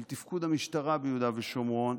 של תפקוד המשטרה ביהודה ושומרון,